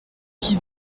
qui